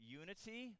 unity